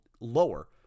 lower